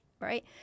right